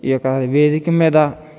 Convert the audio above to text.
ఈయొక్క వేదిక మీద